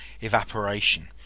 evaporation